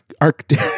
Arctic